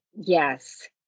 yes